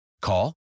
Call